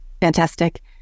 fantastic